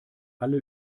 alle